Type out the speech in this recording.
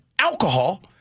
alcohol